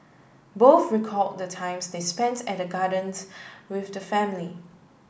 both recall the times they spent at the gardens with the family